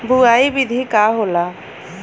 बुआई विधि का होला?